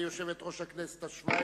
יושבת-ראש הכנסת השבע-עשרה,